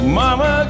mama